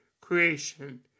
creation